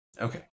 Okay